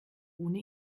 ohne